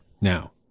now